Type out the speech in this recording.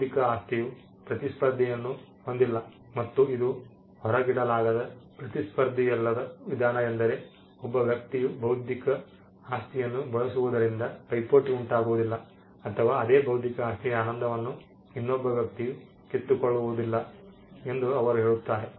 ಬೌದ್ಧಿಕ ಆಸ್ತಿಯು ಪ್ರತಿಸ್ಪರ್ಧಿಯನ್ನು ಹೊಂದಿಲ್ಲ ಮತ್ತು ಅದು ಹೊರಗಿಡಲಾಗದ ಪ್ರತಿಸ್ಪರ್ಧಿಯಲ್ಲದ ವಿಧಾನ ಎಂದರೆ ಒಬ್ಬ ವ್ಯಕ್ತಿಯು ಬೌದ್ಧಿಕ ಆಸ್ತಿಯನ್ನು ಬಳಸುವುದರಿಂದ ಪೈಪೋಟಿ ಉಂಟಾಗುವುದಿಲ್ಲ ಅಥವಾ ಅದೇ ಬೌದ್ಧಿಕ ಆಸ್ತಿಯ ಆನಂದವನ್ನು ಇನ್ನೊಬ್ಬ ವ್ಯಕ್ತಿಯು ಕಿತ್ತುಕೊಳ್ಳುವುದಿಲ್ಲ ಎಂದು ಅವರು ಹೇಳುತ್ತಾರೆ